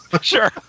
sure